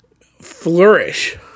flourish